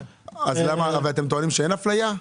ואתם טוענים שאין אפליה?